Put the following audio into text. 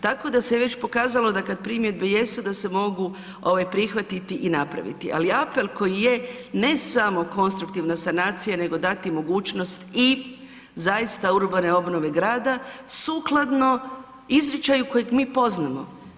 Tako da se već pokazala da kad primjedbe jesu da se mogu ovaj prihvatiti i napraviti, ali apel koji je ne samo konstruktivna sanacija nego dati mogućnost i zaista urbane obnove grada sukladno izričaju kojeg mi poznamo.